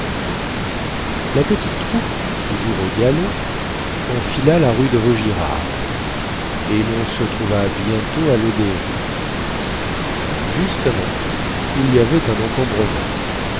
la petite troupe toujours au galop enfila la rue de vaugirard et lon se trouva bientôt à lodéon justement il y avait un encombrement